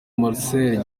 marcel